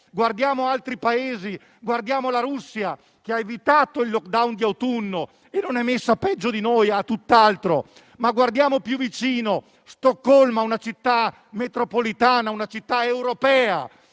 Guardiamo ad altri Paesi, come la Russia, che ha evitato il *lockdown* di autunno e non è messa peggio di noi, tutt'altro. Ma guardiamo più vicino: Stoccolma, una città metropolitana ed europea,